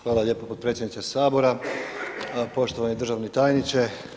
Hvala lijepo potpredsjedniče Sabora, poštovani državni tajniče.